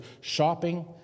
shopping